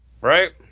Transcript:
Right